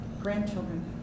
grandchildren